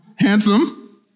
handsome